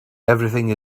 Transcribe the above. everything